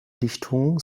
dichtung